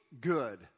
good